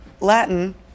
Latin